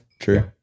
true